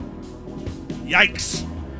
yikes